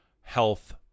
health